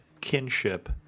kinship